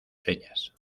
señas